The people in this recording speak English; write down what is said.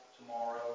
tomorrow